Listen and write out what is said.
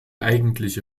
eigentliche